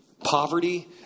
poverty